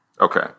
Okay